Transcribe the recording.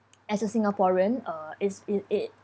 as a singaporean uh it's i~ it